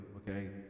Okay